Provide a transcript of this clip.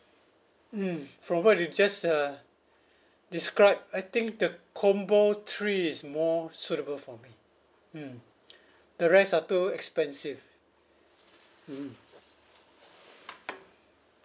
mm from what you just uh described I think the combo three is more suitable for me mm the rest are too expensive mmhmm